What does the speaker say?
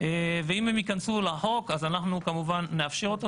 ואם הן ייכנסו לחוק, אנחנו נאפשר אותו.